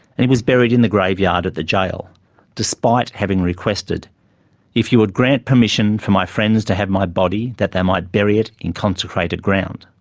and he was buried in the graveyard at the gaol despite having requested if you would grant permission for my friends to have my body that they might bury it in consecrated ground.